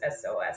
SOS